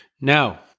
Now